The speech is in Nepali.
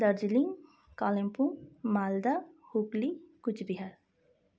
दार्जिलिङ कालिम्पोङ मालदा हुगली कुचबिहार